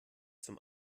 zum